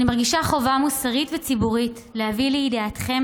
אני מרגישה חובה מוסרית וציבורית להביא לידיעתכם